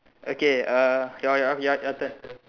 okay uh your your your your turn